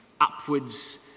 upwards